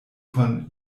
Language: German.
von